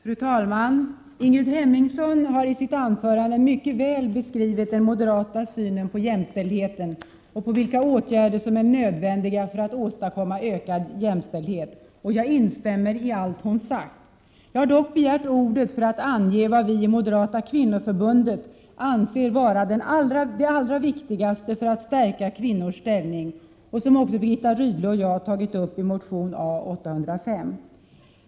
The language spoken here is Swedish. Fru talman! Ingrid Hemmingsson har i sitt anförande väl beskrivit den moderata synen på jämställdheten och vilka åtgärder som är nödvändiga för att åstadkomma ökad jämställdhet. Jag instämmer i allt hon sagt. Jag har begärt ordet för att ange vad vi i Moderata kvinnoförbundet anser vara det allra viktigaste för att stärka kvinnors ställning och som också Birgitta Rydle och jag har tagit upp i motion A805.